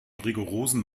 rigorosen